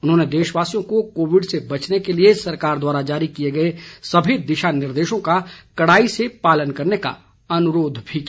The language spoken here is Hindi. उन्होंने देशवासियों को कोविड से बचने के लिए सरकार द्वारा जारी किए गए सभी दिशा निर्देशों का कड़ाई से पालन करने का अनुरोध भी किया